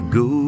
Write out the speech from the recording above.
go